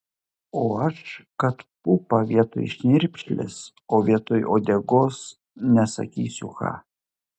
o aš kad pupą vietoj šnirpšlės o vietoj uodegos nesakysiu ką